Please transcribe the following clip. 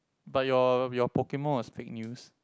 but your your Pokemon was fake news